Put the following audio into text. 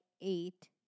eight